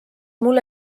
mul